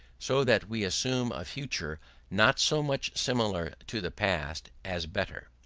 so that we assume a future not so much similar to the past, as better.